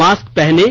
mask पहनें